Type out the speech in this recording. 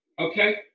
Okay